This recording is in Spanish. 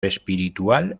espiritual